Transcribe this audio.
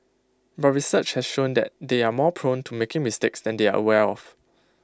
but research has shown that they are more prone to making mistakes than they are aware of